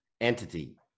entity